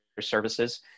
services